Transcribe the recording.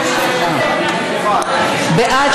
ניהלתי ארגון למסורבות גט,